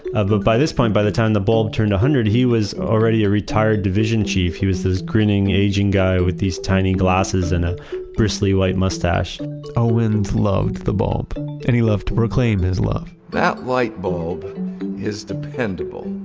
ah by this point, by the time the bulb turned a hundred he was already a retired division chief. he was this grinning aging guy with these tiny glasses in a bristly white mustache owens loved the bulb and he loved to proclaim his love that light bulb is dependable.